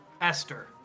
Esther